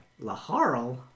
Laharl